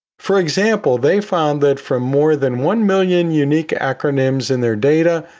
for example, they found that for more than one million unique acronyms in their data,